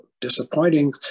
disappointing